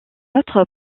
autre